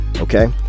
Okay